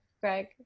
Greg